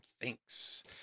thanks